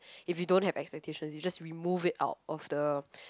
if you don't have expectations you just remove it out of the